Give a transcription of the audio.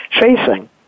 facing